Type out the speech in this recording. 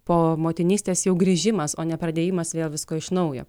po motinystės jau grįžimas o nepradėjimas vėl visko iš naujo